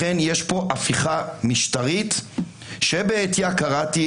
לכן יש כאן הפיכה משטרית שבעטיה קראתי